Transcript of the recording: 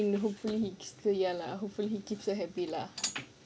I mean hopefully he keeps to ya lah hopefully he keeps her happy lah